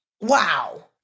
Wow